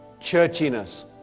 Churchiness